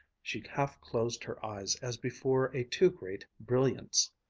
she half closed her eyes as before a too-great brilliance.